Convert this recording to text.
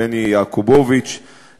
בני יעקובוביץ,